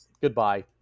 goodbye